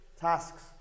tasks